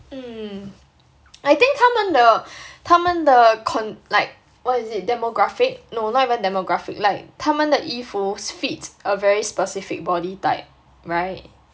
mm I think 他们的他们的 con~ like what is it demographic no not even demographic like 他们的衣服 fits a very specific body type [right]